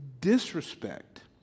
disrespect